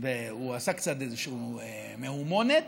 והוא עשה איזושהי מהומונת.